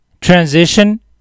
transition